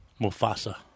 Mufasa